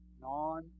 non